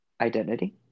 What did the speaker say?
identity